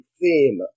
theme